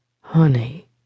Honey